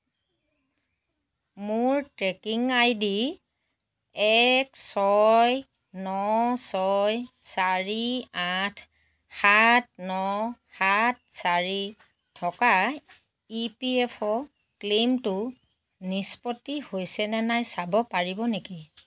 মোৰ tracking ID এক ছয় ন ছয় চাৰি আঠ সাত ন সাত চাৰি থকা ই পি এফ অ' ক্লেইমটো নিষ্পত্তি হৈছে নে নাই চাব পাৰিব নেকি